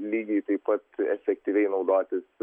lygiai taip pat efektyviai naudotis